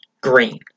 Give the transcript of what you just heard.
green